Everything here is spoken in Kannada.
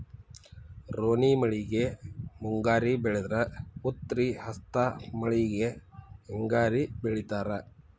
ರೋಣಿ ಮಳೆಗೆ ಮುಂಗಾರಿ ಬೆಳದ್ರ ಉತ್ರಿ ಹಸ್ತ್ ಮಳಿಗೆ ಹಿಂಗಾರಿ ಬೆಳಿತಾರ